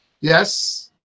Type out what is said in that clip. yes